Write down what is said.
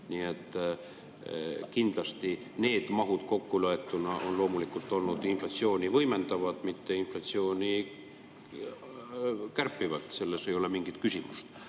Nii et kindlasti need mahud kokkuloetuna on loomulikult olnud inflatsiooni võimendavad, mitte inflatsiooni kärpivad, selles ei ole mingit küsimust.